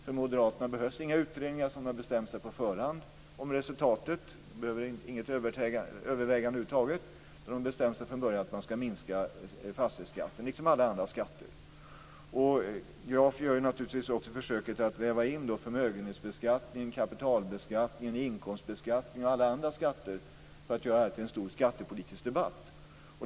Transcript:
För Moderaterna, som har bestämt sig på förhand, behövs inga utredningar om resultatet. De behöver inget övervägande över huvud taget, utan de har från början bestämt sig för att man ska minska fastighetsskatten liksom alla andra skatter. Graf gör naturligtvis också försöket att väva in förmögenhetsbeskattning, kapitalbeskattning, inkomstbeskattning och alla andra skatter för att göra detta till en stor skattepolitisk debatt.